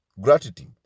gratitude